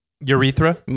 urethra